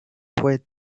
fue